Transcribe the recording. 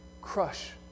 crush